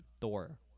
Thor